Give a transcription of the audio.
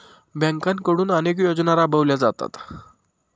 बँकांकडून अनेक योजना राबवल्या जातात